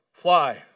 fly